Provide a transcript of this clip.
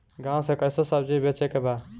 गांव से कैसे सब्जी बेचे के बा?